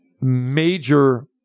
major